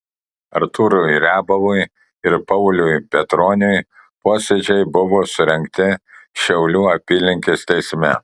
artūrui riabovui ir pauliui petroniui posėdžiai buvo surengti šiaulių apylinkės teisme